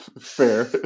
Fair